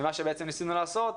מה שבעצם ניסינו לעשות,